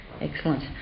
excellent